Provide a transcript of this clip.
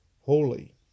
holy